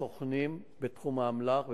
סוכנים בתחום האמל"ח,